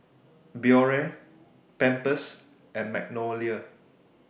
Biore Pampers and Magnolia